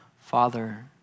Father